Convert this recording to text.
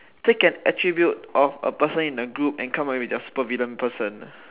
pick an attribute of a person in the group and come up with a super villain person